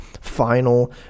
Final